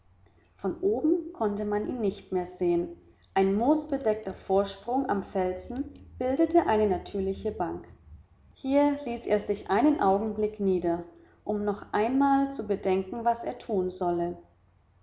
von oben konnte man ihn nicht mehr sehen ein moosbedeckter vorsprung am felsen bildete eine natürliche bank hier ließ er sich einen augenblick nieder um noch einmal zu bedenken was er tun solle